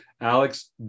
Alex